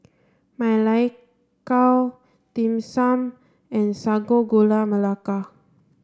Ma Lai Gao Dim Sum and Sago Gula Melaka